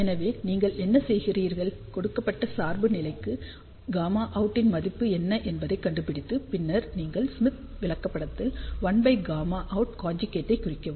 எனவே நீங்கள் என்ன செய்கிறீர்கள் கொடுக்கப்பட்ட சார்பு நிலைக்கு Γout இன் மதிப்பு என்ன என்பதைக் கண்டுபிடித்து பின்னர் நீங்கள் ஸ்மித் விளக்கப்படத்தில் 1Γout காஞ்ஜூகேட்டை குறிக்கவும்